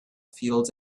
fields